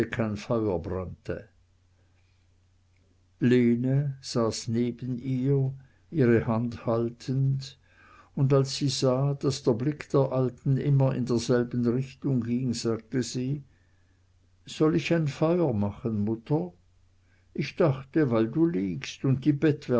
saß neben ihr ihre hand haltend und als sie sah daß der blick der alten immer in derselben richtung ging sagte sie soll ich ein feuer machen mutter ich dachte weil du liegst und die